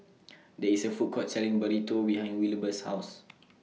There IS A Food Court Selling Burrito behind Wilbur's House